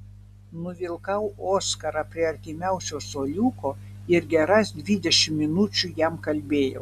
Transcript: nuvilkau oskarą prie artimiausio suoliuko ir geras dvidešimt minučių jam kalbėjau